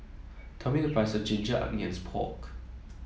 tell me the price Ginger Onions Pork